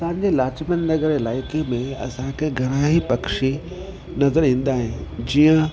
असांजे लाजपत नगर इलाइक़े में असांखे घणा ई पक्षी नज़रि ईंदा आहिनि जीअं